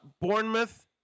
Bournemouth